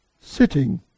sitting